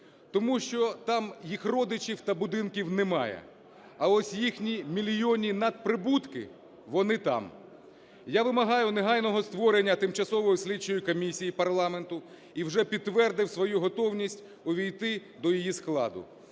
тому що там їх родичів та будинків немає. А ось їхні мільйонні надприбутки – вони там. Я вимагаю негайного створення тимчасової слідчої комісії парламенту і вже підтвердив свою готовність увійти до її складу.